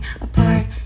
apart